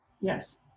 yes